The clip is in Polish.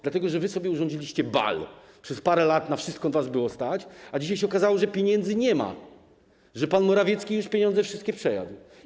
Dlatego że wy sobie urządziliście bal, przez parę lat na wszystko was było stać, a dzisiaj okazało się, że pieniędzy nie ma, że pan Morawiecki już wszystkie je przejadł.